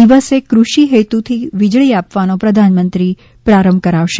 દિવસે ક્રષિહેતુથી વીજળી આપવાનો પ્રધાનમંત્રી પ્રારંભ કરાવશે